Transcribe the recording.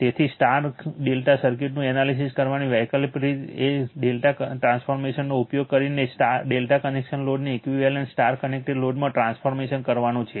તેથી સ્ટાર ∆ સર્કિટનું એનાલિસીસ કરવાની વૈકલ્પિક રીત એ ∆ ટ્રાન્સફોર્મેશનણનો ઉપયોગ કરીને ∆ કનેક્ટેડ લોડને ઇકવીવેલન્ટ સ્ટાર કનેક્ટેડ લોડમાં ટ્રાન્સફોર્મેશન કરવાનો છે